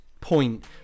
point